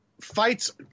fights